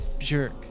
jerk